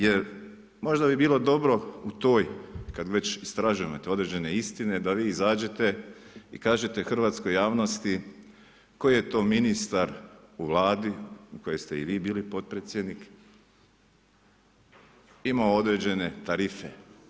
Jer, možda bi bilo dobro, u toj kad već istražujete određene istine, da vi izađete i kažete hrvatskoj javnosti, koji je to ministar u Vladi, koje ste i vi bili potpredsjednik ima određene tarife.